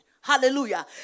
Hallelujah